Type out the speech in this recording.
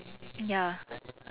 ya